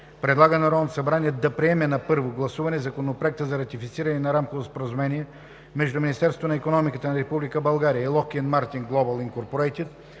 Предлага на Народното събрание да приеме на първо гласуване Законопроект за ратифициране на Рамково споразумение между Министерството на икономиката на Република България и Lockheed Martin Global